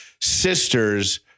sister's